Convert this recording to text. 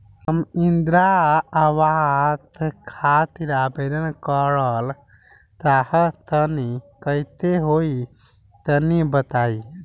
हम इंद्रा आवास खातिर आवेदन करल चाह तनि कइसे होई तनि बताई?